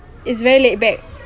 it's very laid back